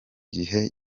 gihe